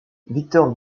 victor